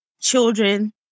children